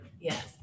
yes